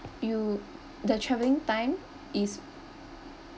you the travelling time is